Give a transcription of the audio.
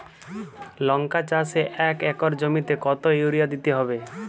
লংকা চাষে এক একর জমিতে কতো ইউরিয়া দিতে হবে?